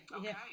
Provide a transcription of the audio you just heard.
okay